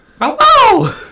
Hello